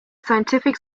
scientific